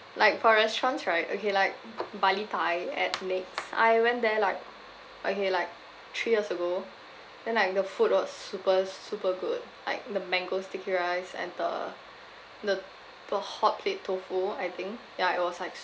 like for restaurants right okay like bali thai at NEX I went there like okay like three years ago then like the food was super super good like the mango sticky rice and the the the hotplate tofu I think ya it was like